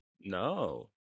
No